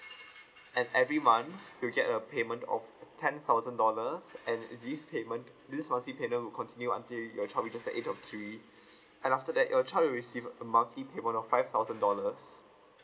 and every month you'll get a payment of a ten thousand dollars and this payment this must see panel will continue until your child is just the age of three and after that your child will receive a monthly payment of five thousand dollars